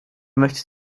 möchtest